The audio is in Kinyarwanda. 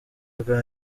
ubwa